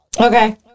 Okay